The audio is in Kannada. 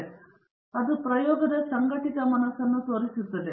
ಮತ್ತು ನೀವು ಡಿಗ್ರಿ ಸ್ವಾತಂತ್ರ್ಯದೊಂದಿಗೆ ಭಾಗಿಸಿದಾಗ ನಾವು ಸರಾಸರಿ ಚದರ ಚಿಕಿತ್ಸೆ ಪಡೆಯುತ್ತೇವೆ